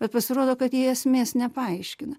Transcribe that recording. bet pasirodo kad jie esmės nepaaiškina